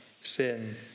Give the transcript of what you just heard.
sin